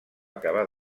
acabar